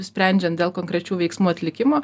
sprendžiant dėl konkrečių veiksmų atlikimo